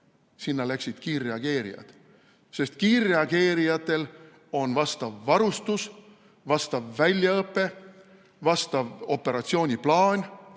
Sinna läksid kiirreageerijad, sest kiirreageerijatel on vastav varustus, vastav väljaõpe, vastav operatsiooniplaan